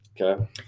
Okay